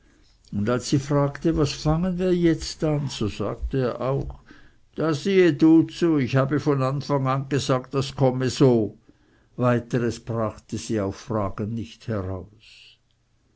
und als sie fragte was fangen wir jetzt an so sagte er auch da siehe du zu ich habe von anfang gesagt das komme so weiteres brachte sie auf ihre fragen nicht heraus